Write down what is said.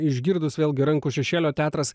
išgirdus vėlgi rankų šešėlio teatras